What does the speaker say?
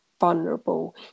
vulnerable